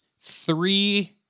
three